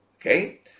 okay